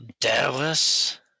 Dallas